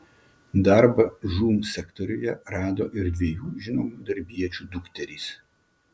darbą žūm sektoriuje rado ir dviejų žinomų darbiečių dukterys